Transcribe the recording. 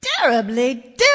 Terribly